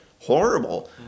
horrible